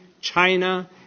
China